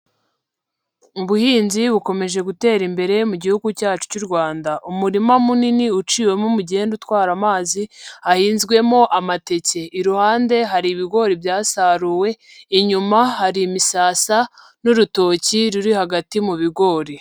Ubuhinzi bukomeje gutera imbere mu gihugu cyacu cy'u Rwanda, umurima munini uciwemo umugenda utwara amazi, hahinzwemo amateke, iruhande hari ibigori byasaruwe, inyuma hari imisasa n'urutoki ruri hagati mu bigori.